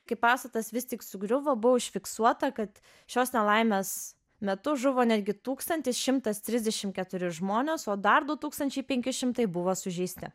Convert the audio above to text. kai pastatas vis tik sugriuvo buvo užfiksuota kad šios nelaimės metu žuvo netgi tūkstantis šimtas trisdešim keturi žmonės o dar du tūkstančiai penki šimtai buvo sužeisti